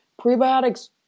prebiotics